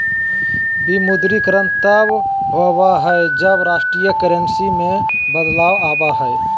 विमुद्रीकरण तब होबा हइ, जब राष्ट्रीय करेंसी में बदलाव आबा हइ